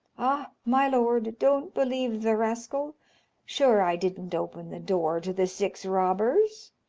ah, my lord, don't believe the rascal sure i didn't open the door to the six robbers.